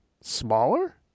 smaller